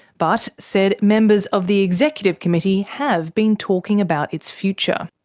but said members of the executive committee have been talking about its future.